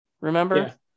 remember